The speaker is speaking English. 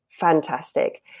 fantastic